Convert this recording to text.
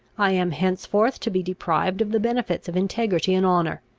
i am henceforth to be deprived of the benefits of integrity and honour.